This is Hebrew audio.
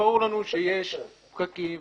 וברור לנו שיש פקקים,